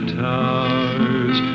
towers